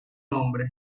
nombre